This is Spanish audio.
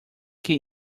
que